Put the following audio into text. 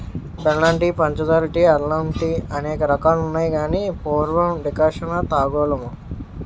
బెల్లం టీ పంచదార టీ అల్లం టీఅనేక రకాలున్నాయి గాని పూర్వం డికర్షణ తాగోలుము